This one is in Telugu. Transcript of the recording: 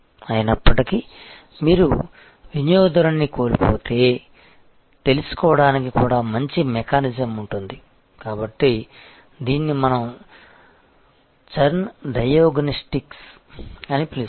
అయినప్పటికీ మీరు వినియోగదారునిని కోల్పోతే తెలుసుకోవడానికి కూడా మంచి మెకానిజం ఉంటుంది కాబట్టి దీనిని మనం చర్న్ డయాగ్నోస్టిక్స్ అని పిలుస్తాము